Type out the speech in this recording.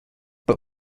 but